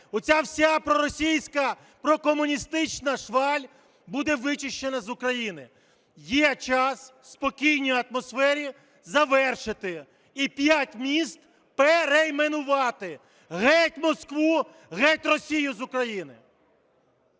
оця вся проросійська, прокомуністична шваль буде вичищена з України. Є час в спокійній атмосфері завершити і п'ять міст перейменувати. Геть Москву! Геть Росію з України!